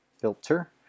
filter